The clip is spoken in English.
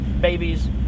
babies